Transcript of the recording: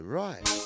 right